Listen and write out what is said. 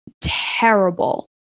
terrible